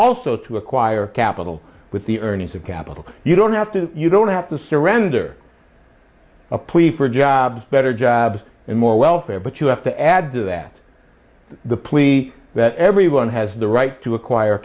also to acquire capital with the earnings of capital you don't have to you don't have to surrender a plea for jobs better jobs and more welfare but you have to add to that the plea that everyone has the right to acquire